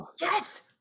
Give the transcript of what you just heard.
yes